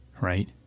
right